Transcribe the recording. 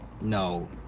no